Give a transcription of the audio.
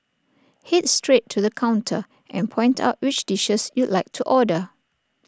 Head straight to the counter and point out which dishes you'd like to order